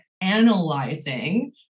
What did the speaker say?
analyzing